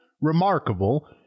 remarkable